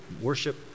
worship